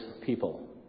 people